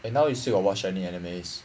eh now you still got watch any animes